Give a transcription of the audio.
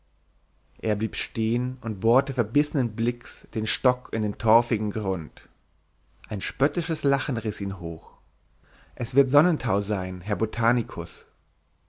er blieb stehen und bohrte verbissenen blicks den stock in den torfigen grund ein spöttisches lachen riß ihn hoch es wird sonnentau sein herr botanikus